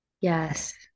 Yes